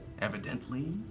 Evidently